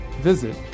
visit